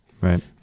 Right